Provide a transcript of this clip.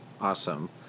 Awesome